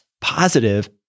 positive